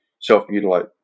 self-mutilate